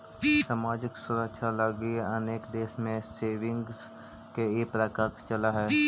सामाजिक सुरक्षा लगी अनेक देश में सेविंग्स के ई प्रकल्प चलऽ हई